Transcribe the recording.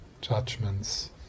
judgments